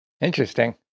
Interesting